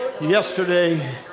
yesterday